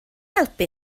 helpu